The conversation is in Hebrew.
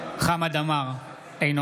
חמד עמאר, אינו